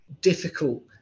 difficult